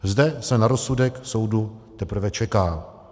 Zde se na rozsudek soudu teprve čeká.